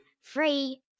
Free